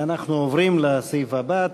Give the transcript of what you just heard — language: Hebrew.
ואנחנו עוברים לסעיף הבא,